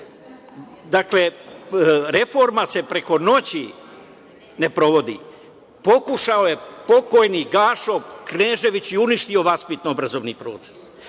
reforma se preko noći ne sprovodi. Pokušao je pokojni Gašo Knežević i uništio vaspitno-obrazovni proces.